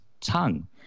tongue